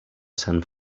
sant